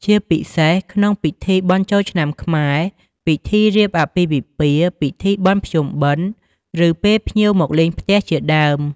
ជាពិសេសក្នុងពិធីបុណ្យចូលឆ្នាំខ្មែរ ពិធីរៀបអាពាហ៍ពិពាហ៍ ពិធីបុណ្យភ្ជុំបិណ្ឌ ឬពេលភ្ញៀវមកលេងផ្ទះជាដើម។